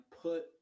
put